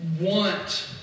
want